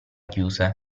chiuse